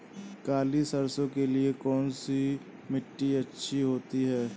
काली सरसो के लिए कौन सी मिट्टी अच्छी होती है?